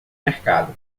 mercado